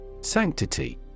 Sanctity